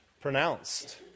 pronounced